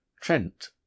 trent